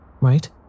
Right